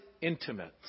intimates